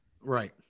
Right